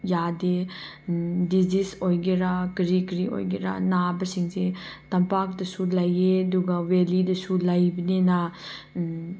ꯌꯥꯗꯦ ꯗꯤꯖꯤꯁ ꯑꯣꯏꯒꯦꯔꯥ ꯀꯔꯤ ꯀꯔꯤ ꯑꯣꯏꯒꯦꯔꯥ ꯅꯥꯕꯁꯤꯡꯁꯦ ꯇꯝꯄꯥꯛꯇꯁꯨ ꯂꯩꯌꯦ ꯑꯗꯨꯒ ꯚꯦꯜꯂꯤꯗꯁꯨ ꯂꯩꯕꯅꯤꯅ